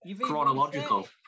Chronological